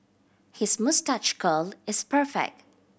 his moustache curl is perfect